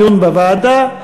דיון בוועדה,